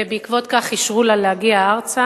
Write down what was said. ובעקבות כך אישרו לה להגיע לארץ.